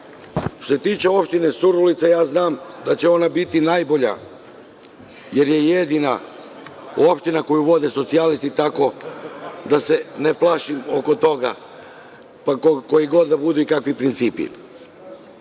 Što se tiče opštine Surdulica, znam da će ona biti najbolja jer je jedina opština koju vode socijalisti, tako da se ne plašim oko toga, pa koji god da budu i kakvi principi. Drugi